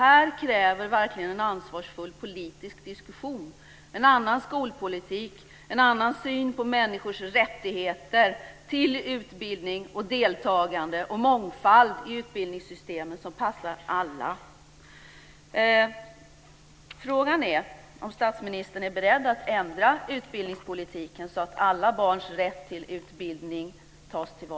Detta kräver verkligen en ansvarsfull politisk diskussion, en annan skolpolitik, en annan syn på människors rättigheter till utbildning och deltagande och mångfald i ett utbildningssystem som passar alla.